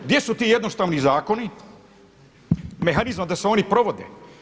Gdje su ti jednostavni zakoni mehanizmi da se oni provode?